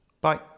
Bye